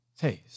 taste